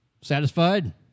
satisfied